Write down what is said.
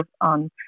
on